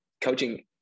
coaching